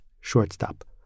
shortstop